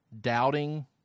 doubting